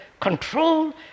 control